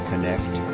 Connect